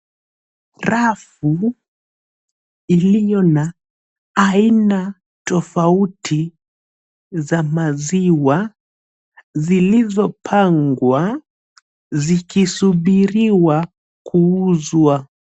Rafu iliyo na aina tofauti za maziwa zilizopangwa zikisubiriwa kuuzwa.